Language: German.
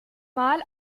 mal